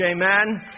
Amen